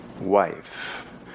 wife